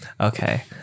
Okay